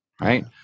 right